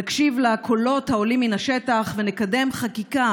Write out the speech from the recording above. נקשיב לקולות העולים מן השטח ונקדם חקיקה